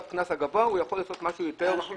עליו את הקנס הגבוה אלא משהו יותר מידתי.